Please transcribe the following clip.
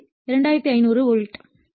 எனவே 2500 வோல்ட்